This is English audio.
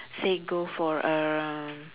say go for a